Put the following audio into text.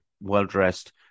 well-dressed